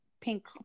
Pink